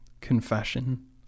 confession